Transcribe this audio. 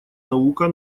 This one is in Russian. наука